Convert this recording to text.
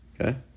Okay